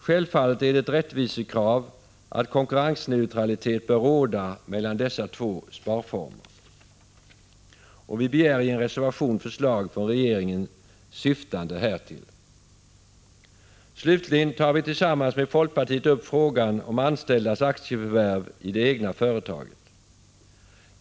Självfallet är det ett rättvisekrav att konkurrensneutralitet råder mellan dessa två sparformer, och vi begär i en reservation förslag från regeringen syftande härtill. Slutligen tar vi tillsammans med folkpartiet upp frågan om anställdas aktieförvärv i det egna företaget.